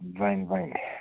بنہِ بنہِ